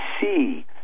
see